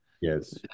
Yes